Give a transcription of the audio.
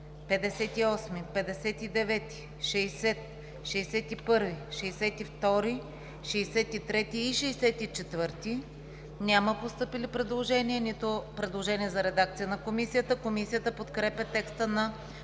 58, 59, 60, 61, 62, 63 и 64 няма постъпили предложения, нито предложения за редакция на Комисията. Комисията подкрепя текстовете